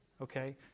okay